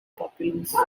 populace